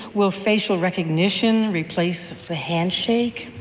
will facial recognition replace the handshake?